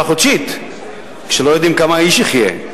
החודשית כשלא יודעים כמה האיש יחיה,